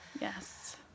Yes